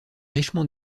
richement